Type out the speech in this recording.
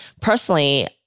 personally